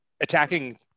attacking